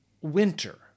winter